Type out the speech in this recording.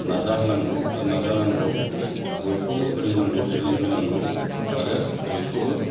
नाजाहोनांगौ आरो नाजानांगौ बयखौबो फोरोंनांगौ सोलोंहोनांगौ आरो बयखौबो